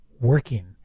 working